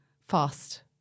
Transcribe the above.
fast